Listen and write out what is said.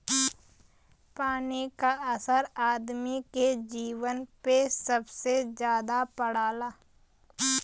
पानी क असर आदमी के जीवन पे सबसे जादा पड़ला